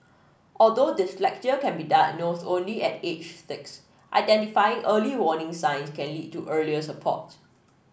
although dyslexia can be diagnosed only at age six identifying early warning signs can lead to earlier support